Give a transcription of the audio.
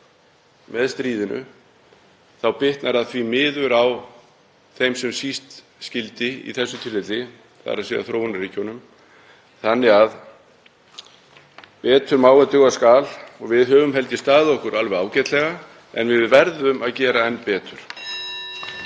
með stríðinu bitnar það því miður á þeim sem síst skyldi í þessu tilliti, þ.e. þróunarríkjunum, þannig að betur má ef duga skal. Við höfum staðið okkur alveg ágætlega en við verðum að gera enn betur.